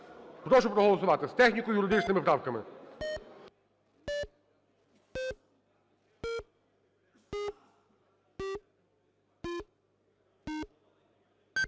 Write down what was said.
прошу проголосувати з техніко-юридичними правками.